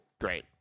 Great